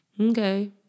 okay